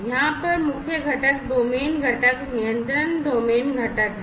यहाँ पर मुख्य घटक डोमेन घटक नियंत्रण डोमेन घटक है